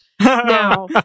Now